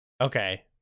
Okay